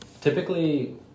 typically